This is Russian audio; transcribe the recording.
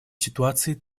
ситуации